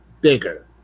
bigger